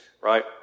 right